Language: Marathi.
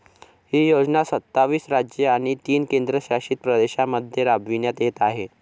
ही योजना सत्तावीस राज्ये आणि तीन केंद्रशासित प्रदेशांमध्ये राबविण्यात येत आहे